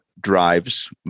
drives